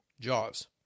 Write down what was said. Jaws